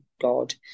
God